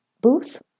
booth